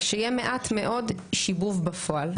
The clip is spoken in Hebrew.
שיהיה מעט מאוד שיבוב בפועל.